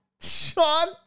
Sean